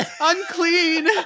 unclean